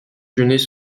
genêts